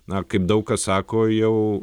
na kaip daug kas sako jau